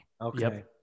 okay